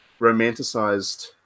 romanticized